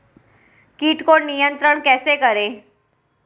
कीट को नियंत्रण कैसे करें?